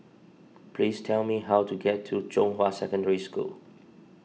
please tell me how to get to Zhonghua Secondary School